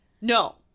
no